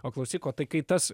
o klausyk o tai kai tas